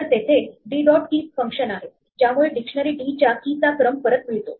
तर तेथे d dot keys function आहे ज्यामुळे डिक्शनरी d च्या key चा क्रम परत मिळतो